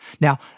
Now